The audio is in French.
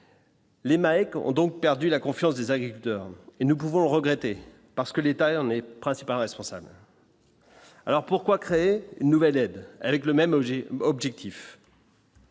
Les mecs ont donc perdu la confiance des agriculteurs et nous pouvons regretter parce que les Taïwanais, principal responsable. Alors pourquoi créer une nouvelle aide avec le même objet,